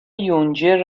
یونجه